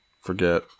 forget